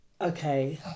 Okay